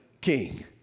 king